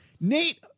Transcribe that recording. Nate